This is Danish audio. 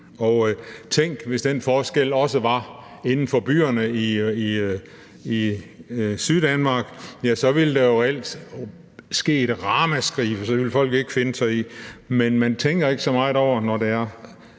Tænk, hvis den forskel også var inden for byerne i Syddanmark – så ville der jo reelt lyde et ramaskrig, for det ville folk ikke finde sig i. Men man tænker ikke så meget over det, når det er